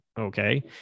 okay